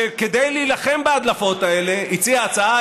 שכדי להילחם בהדלפות האלה הציע הצעה,